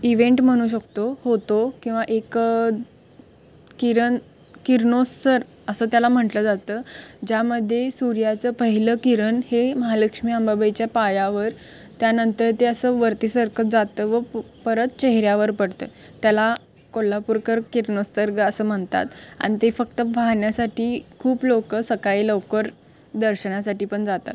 event म्हणू शकत होतो किंवा एक किरण किरणोत्सव असं त्याला म्हंटलं जातं ज्यामध्ये सूर्याचं पहिलं किरण हे महालक्ष्मी अंबाबाईच्या पायावर त्यानंतर ते असं वरती सारखं जातं व परत चेहऱ्यावर पडतं त्याला कोल्हापूरकर किरणोत्सव ग असं म्हणतात आणि ते फक्त पाहण्यासाठी खूप लोकं सकाळी लवकर दर्शनासाठी पण जातात